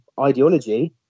ideology